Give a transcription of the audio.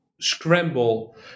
scramble